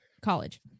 college